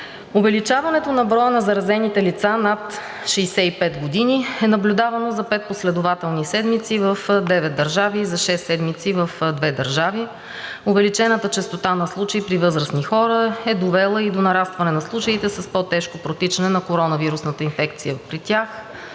Увеличаването на броя на заразените лица над 65 години е наблюдавано за пет последователни седмици в девет държави, за шест седмици в две държави. Увеличената честота на случаи при възрастни хора е довела и до нарастване на случаите с по-тежко протичане на коронавирусната инфекция при тях,